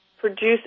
produce